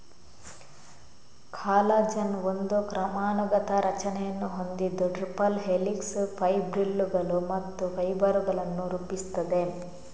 collagen ಒಂದು ಕ್ರಮಾನುಗತ ರಚನೆಯನ್ನು ಹೊಂದಿದ್ದು ಟ್ರಿಪಲ್ ಹೆಲಿಕ್ಸ್, ಫೈಬ್ರಿಲ್ಲುಗಳು ಮತ್ತು ಫೈಬರ್ ಗಳನ್ನು ರೂಪಿಸುತ್ತದೆ